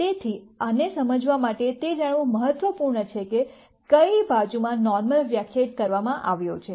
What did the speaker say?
તેથી આને સમજવા માટે તે જાણવું મહત્વપૂર્ણ છે કે કયા બાજુમાં નોર્મલ વ્યાખ્યાયિત કરવામાં આવ્યો છે